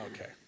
Okay